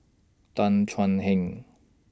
Tan Thuan Heng